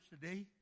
today